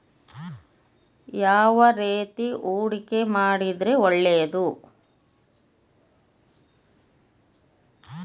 ಯಾವ ರೇತಿ ಹೂಡಿಕೆ ಮಾಡಿದ್ರೆ ಒಳ್ಳೆಯದು?